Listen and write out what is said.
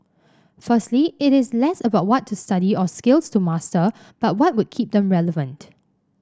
firstly it is less about what to study or skills to master but what would keep them relevant